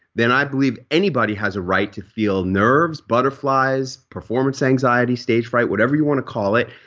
then i believe anybody has a right to feel nerves butterflies, performance anxiety, stage fright, whatever you want to call it,